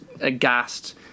aghast